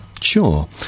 Sure